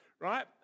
right